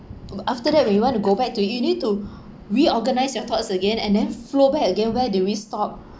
w~ after that when you want to go back to it you need to reorganise your thoughts again and then flow back again where we stopped